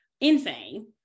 insane